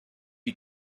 you